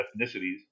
ethnicities